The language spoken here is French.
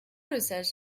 lesage